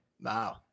Wow